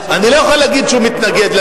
סגן השר אמר שאין לו נתונים ואין לו